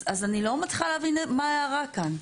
אז אני לא מצליחה להבין מה ההערה כאן.